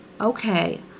okay